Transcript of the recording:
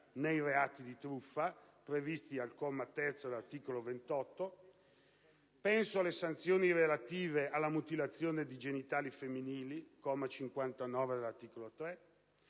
nei reati di truffa, previsti al comma 28 dell'articolo 3, alle sanzioni relative alla mutilazione genitale femminile, al comma 59 dello stesso